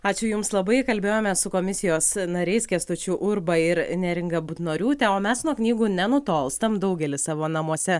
ačiū jums labai kalbėjome su komisijos nariais kęstučiu urba ir neringa butnoriūtė o mes nuo knygų nenutolstam daugelis savo namuose